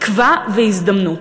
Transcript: תקווה והזדמנות.